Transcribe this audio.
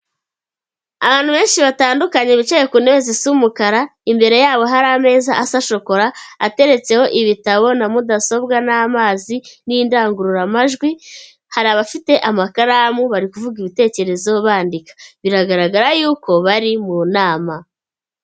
Abantu benshi batandukanye bicaye ku ntebe zisa umukara, imbere yabo hari ameza asa shokora, ateretseho ibitabo na mudasobwa, n'amazi n'indangururamajwi, hari abafite amakaramu bari kuvuga ibitekerezo bandika, biragaragara y'uko bari mu nama.